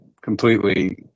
completely